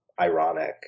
ironic